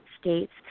States